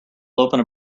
opened